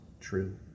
true